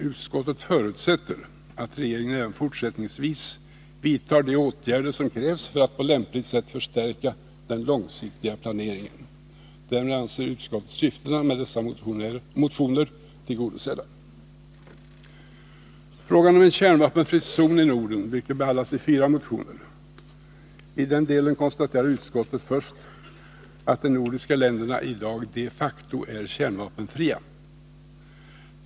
Utskottet förutsätter att regeringen fortsättningsvis vidtar de åtgärder som krävs för att på lämpligt sätt förstärka den långsiktiga planeringen. Därmed anser utskottet syftena med dessa motioner tillgodosedda. Frågan om en kärnvapenfri zon i Norden behandlas i fyra motioner. I den delen konstaterar utskottet först att de nordiska länderna i dag de facto är kärnvapenfria.